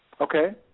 Okay